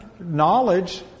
knowledge